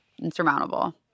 insurmountable